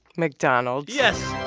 mcdonald's yes